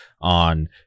on